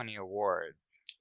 awards